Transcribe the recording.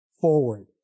forward